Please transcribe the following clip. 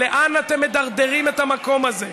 לאן אתם מדרדרים את המקום הזה?